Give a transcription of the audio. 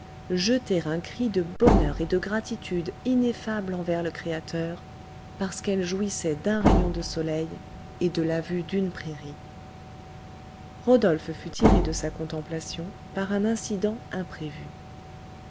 jeter un cri de bonheur et de gratitude ineffable envers le créateur parce qu'elle jouissait d'un rayon de soleil et de la vue d'une prairie rodolphe fut tiré de sa contemplation par un incident imprévu